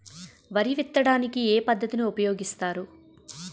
వరి విత్తడానికి ఏ పద్ధతిని ఉపయోగిస్తారు?